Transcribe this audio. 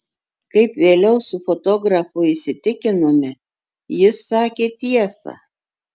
kaip vėliau su fotografu įsitikinome jis sakė tiesą